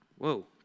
Whoa